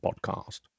Podcast